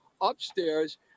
upstairs